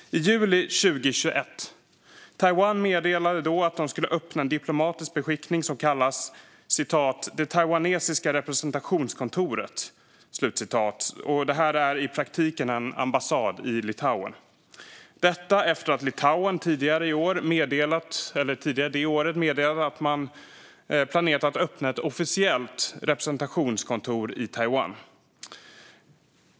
I juli 2021 meddelade Taiwan att man skulle öppna en diplomatisk beskickning, kallad Det taiwanesiska representationskontoret och som i praktiken är en ambassad, i Litauen. Detta skedde efter att Litauen tidigare samma år meddelat att man planerade att öppna ett officiellt representationskontor i Taiwan.